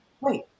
wait